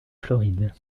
floride